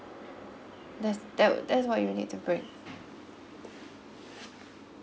that's that that's what you need to bring